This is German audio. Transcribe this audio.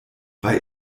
bei